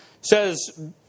says